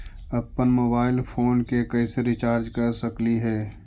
अप्पन mobile phone के कैसे रिचार्ज कर सकली हे?